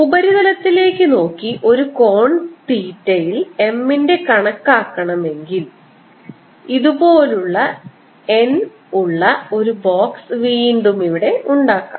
ഉപരിതലത്തിലേക്ക് നോക്കി ഒരു കോൺ തീറ്റയിൽ M ന്റെ കണക്കാക്കണമെങ്കിൽ ഇതുപോലുള്ള n ഉള്ള ഒരു ബോക്സ് വീണ്ടും ഇവിടെ ഉണ്ടാക്കുക